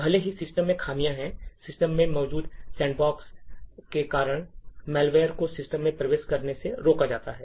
भले ही सिस्टम में खामियां हैं सिस्टम में मौजूद सैंडबॉक्स बॉक्स के कारण मैलवेयर को सिस्टम में प्रवेश करने से रोका जाता है